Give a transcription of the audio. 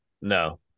No